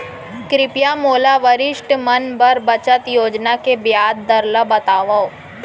कृपया मोला वरिष्ठ मन बर बचत योजना के ब्याज दर ला बतावव